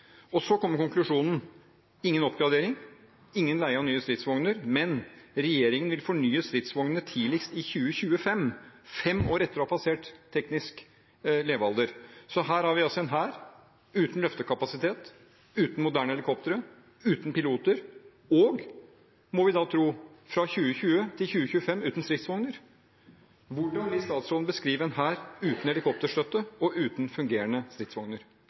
Og så kommer konklusjonen: Ingen oppgradering, ingen leie av nye stridsvogner – men regjeringen vil fornye stridsvognene tidligst i 2025, fem år etter at de har passert teknisk levealder. Så her har vi altså en hær uten løftekapasitet, uten moderne helikoptre, uten piloter og – må vi da tro – fra 2020 til 2025 uten stridsvogner. Hvordan vil statsråden beskrive en hær uten helikopterstøtte og uten fungerende stridsvogner?